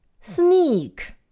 Sneak